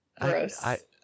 Gross